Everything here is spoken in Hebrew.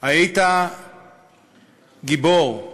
היית גיבור.